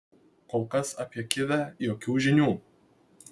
kol kas apie kivę jokių žinių